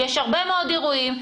יש הרבה מאוד אירועים.